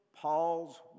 Paul's